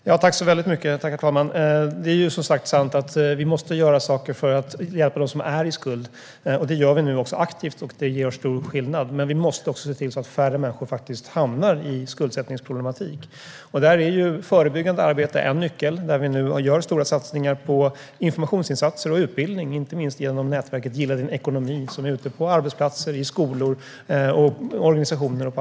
Herr talman! Det är sant att vi måste göra saker för att hjälpa dem som är i skuld. Det gör vi nu också aktivt, och det gör stor skillnad. Men vi måste också se till så att färre människor faktiskt hamnar i skuldsättningsproblematik. Där är förebyggande arbete en nyckel, och vi gör nu stora satsningar på informationsinsatser och utbildning, inte minst genom nätverket Gilla din ekonomi som bland annat är ute på arbetsplatser, i skolor och i organisationer.